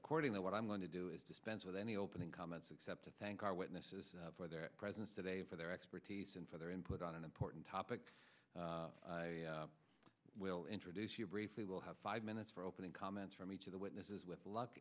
time courting the what i'm going to do is dispense with any opening comments except to thank our witnesses for their presence today for their expertise and for their input on an important topic i will introduce you briefly we'll have five minutes for opening comments from each of the witnesses with luck